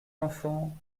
enfant